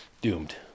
doomed